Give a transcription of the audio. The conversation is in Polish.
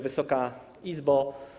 Wysoka Izbo!